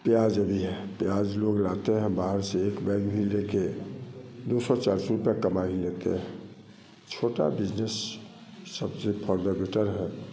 प्याज भी है प्याज लोग लाते हैं बाहर से एक बोरी लेके दो सौ चार सौ रुपए कमा ही लेते हैं छोटा बिजनेस सब से फॉर्बेटर है